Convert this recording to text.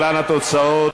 התוצאות.